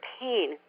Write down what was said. pain